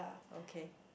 okay